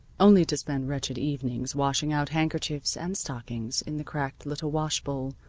only to spend wretched evenings washing out handkerchiefs and stockings in the cracked little washbowl,